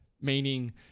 meaning